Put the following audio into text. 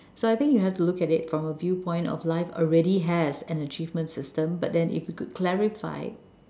so I think you have to look at it from a viewpoint of life already has an achievement system but then if we could clarify